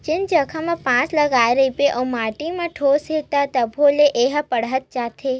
जेन जघा म बांस लगाए रहिबे अउ माटी म ठोस हे त तभो ले ए ह बाड़हत जाथे